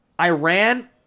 Iran